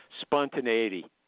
spontaneity